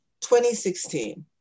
2016